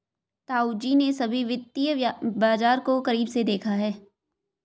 ताऊजी ने सभी वित्तीय बाजार को करीब से देखा है